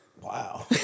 Wow